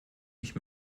ich